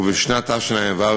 ובשנת תשע"ו,